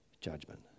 judgment